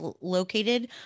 located